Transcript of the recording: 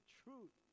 truth